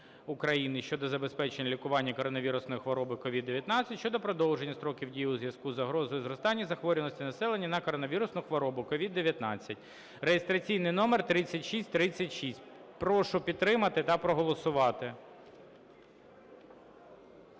України щодо забезпечення лікування коронавірусної хвороби (COVID-19)" (щодо продовження строку дії у зв'язку із загрозою зростання захворюваності населення на коронавірусну хворобу (COVID-19) (реєстраційний номер 3636). Прошу підтримати та проголосувати.